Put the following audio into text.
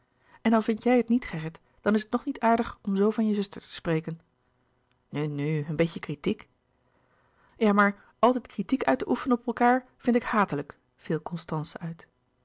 en al vindt jij het niet gerrit dan is het nog niet aardig om zoo van je zuster te spreken nu nu een beetje kritiek ja maar altijd kritiek uit te oefenen op elkaâr vind ik hatelijk viel constance uit